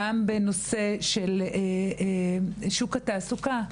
גם בנושא שוק התעסוקה,